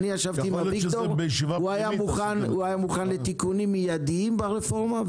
אני ישבתי עם אביגדור והוא היה מוכן לתיקונים מיידיים ברפורמה,